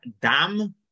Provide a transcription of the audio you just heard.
Dam